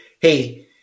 hey